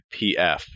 pf